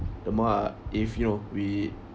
the ma~ if you know we